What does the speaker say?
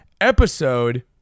episode